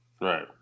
Right